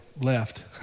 left